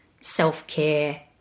self-care